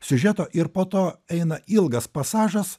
siužeto ir po to eina ilgas pasažas